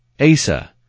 Asa